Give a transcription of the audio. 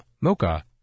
Mocha